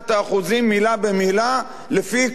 מלה במלה לפי החוק.